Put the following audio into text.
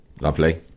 Lovely